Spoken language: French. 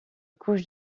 couche